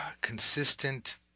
consistent